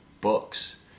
books